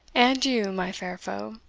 and you, my fair foe,